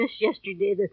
yesterday